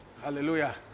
Hallelujah